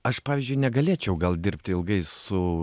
aš pavyzdžiui negalėčiau gal dirbti ilgai su